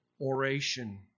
oration